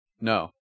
No